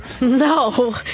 No